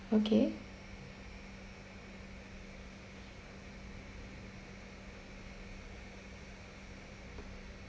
okay